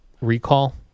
recall